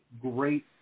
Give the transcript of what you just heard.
great